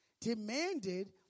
Demanded